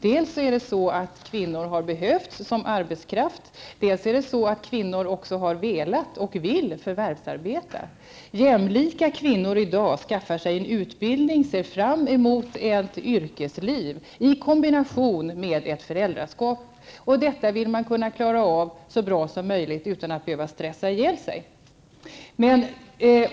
Dels har kvinnor behövts som arbetskraft, dels har kvinnor också velat och vill förvärvsarbeta. Jämlika kvinnor i dag skaffar sig en utbildning och ser fram emot ett yrkesliv i kombination med ett föräldraskap. Detta vill de kunna klara av så bra som möjligt utan att behöva stressa ihjäl sig.